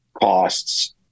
costs